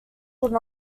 would